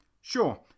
Sure